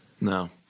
no